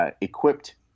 equipped